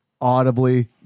audibly